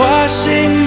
Washing